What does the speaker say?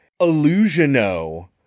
Illusiono